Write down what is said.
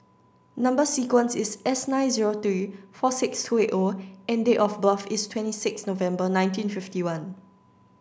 number sequence is S nine zero three four six two eight O and date of birth is twenty six November nineteen fifty one